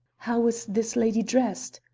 how was this lady dressed?